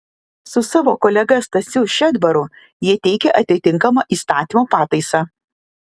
su savo kolega stasiu šedbaru jie teikia atitinkamą įstatymo pataisą